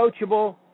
coachable